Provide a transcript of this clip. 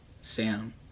Sam